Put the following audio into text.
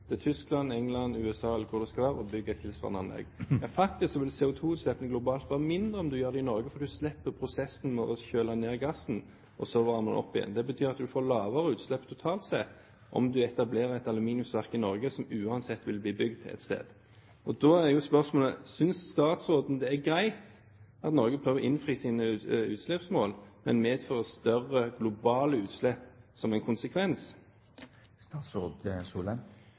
Tyskland, England, USA, eller hvor det skal være, og bygger et tilsvarende anlegg. Faktisk vil CO2-utslippene globalt være mindre om en gjør det i Norge, for en slipper prosessen med å kjøle ned gassen og så varme den opp igjen. Det betyr at en får lavere utslipp totalt sett om en etablerer et aluminiumsverk i Norge, som uansett vil bli bygd et sted. Da er spørsmålet: Synes statsråden det er greit at Norge prøver å innfri sine utslippsmål, som medfører større globale utslipp som en konsekvens?